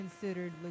considered